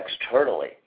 externally